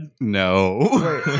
No